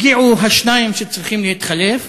הגיעו השניים שצריכים להתחלף,